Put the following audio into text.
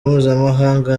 mpuzamahanga